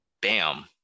bam